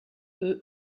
eux